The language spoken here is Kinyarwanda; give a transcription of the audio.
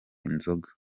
inzoga